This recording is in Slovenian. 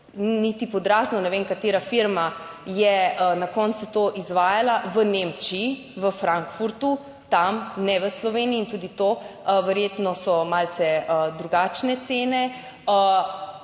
niti pod razno ne vem, katera firma je na koncu to izvajala v Nemčiji, v Frankfurtu tam, ne v Sloveniji in tudi to verjetno so malce drugačne cene.